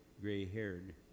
gray-haired